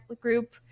group